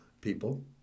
people